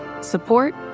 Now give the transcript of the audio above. support